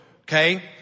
okay